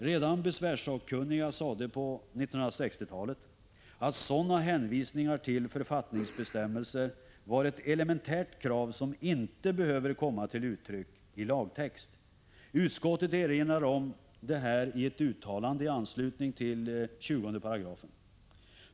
Redan besvärssakkunniga sade på 1960-talet att sådana hänvisningar till författningsbestämmelser var ett elementärt krav som inte behöver komma till uttryck i lagtext. Utskottet erinrar om det här i ett uttalande i anslutning till 20 §.